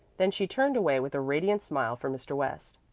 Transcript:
then she turned away with a radiant smile for mr. west.